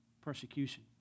persecution